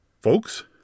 Folks